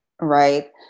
Right